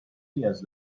نیاز